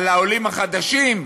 על העולים החדשים?